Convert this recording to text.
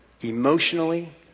emotionally